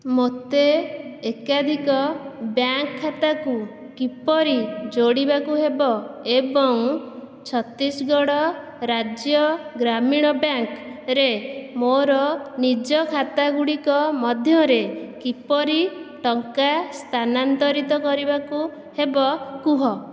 ମୋତେ ଏକାଧିକ ବ୍ୟାଙ୍କ୍ ଖାତାକୁ କିପରି ଯୋଡ଼ିବାକୁ ହେବ ଏବଂ ଛତିଶଗଡ଼ ରାଜ୍ୟ ଗ୍ରାମୀଣ ବ୍ୟାଙ୍କ୍ ରେ ମୋର ନିଜ ଖାତା ଗୁଡ଼ିକ ମଧ୍ୟରେ କିପରି ଟଙ୍କା ସ୍ଥାନାନ୍ତରିତ କରିବାକୁ ହେବ କୁହ